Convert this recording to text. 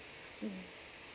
mm